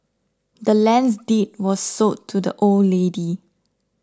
the land's deed was sold to the old lady